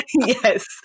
Yes